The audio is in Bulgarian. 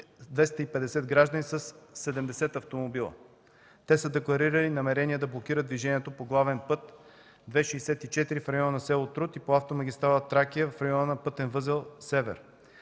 250 граждани със 70 автомобила. Те са декларирали намерение да блокират движението по главен път ІІ-64 в района на село Труд и по автомагистрала „Тракия” в района на пътен възел 7.